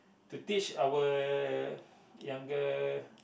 to teach our younger